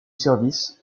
service